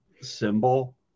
symbol